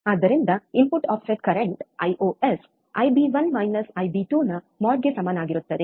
ಆದ್ದರಿಂದ input offset current IOS IB one minus IB two ನ ಮೋಡ್ಗೆ ಸಮನಾಗಿರುತ್ತದೆ